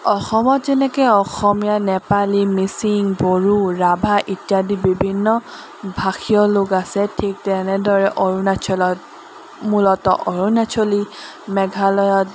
অসমত যেনেকৈ অসমীয়া নেপালী মিচিং বড়ো ৰাভা ইত্যাদি বিভিন্ন ভাষীয় লোক আছে ঠিক তেনেদৰে অৰুণাচলত মূলতঃ অৰুণাচলী মেঘালয়ত